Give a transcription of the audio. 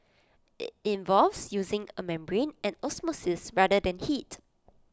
IT involves using A membrane and osmosis rather than heat